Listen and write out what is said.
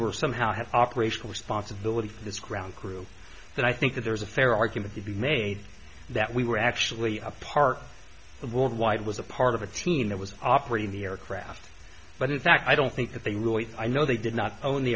were somehow have operational responsibility for this ground crew that i think there's a fair argument to be made that we were actually a part of world wide was a part of a team that was operating the aircraft but in fact i don't think that they really i know they did not o